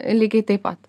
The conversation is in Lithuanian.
lygiai taip pat